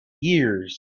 years